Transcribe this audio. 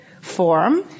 form